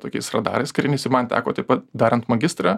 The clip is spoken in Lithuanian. tokiais radarais kariniais ir man teko taip pat darant magistrą